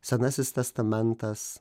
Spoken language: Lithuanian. senasis testamentas